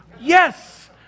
Yes